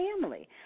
family